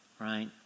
right